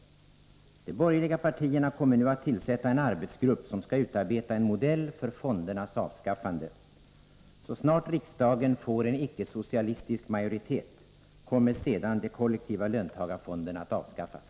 De borgerliga partierna kommer nu att tillsätta en arbetsgrupp som skall utarbeta en modell för fondernas avskaffande. Så snart riksdagen får en icke-socialistisk majoritet kommer de kollektiva löntagarfonderna att avskaffas.